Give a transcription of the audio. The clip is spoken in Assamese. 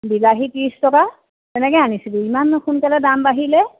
বিলাহী ত্ৰিছ টকা তেনেকৈ আনিছিলোঁ ইমান সোনকালে দাম বাঢ়িলে